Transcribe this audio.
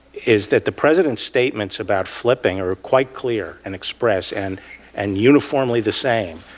is that the president's statements about flipping are quite clear and express and and uniformly the same,